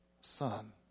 son